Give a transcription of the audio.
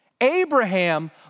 Abraham